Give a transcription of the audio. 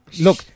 Look